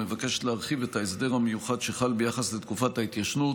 מבקשת להרחיב את ההסדר המיוחד שחל ביחס לתקופת ההתיישנות